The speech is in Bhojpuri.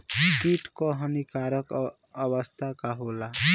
कीट क हानिकारक अवस्था का होला?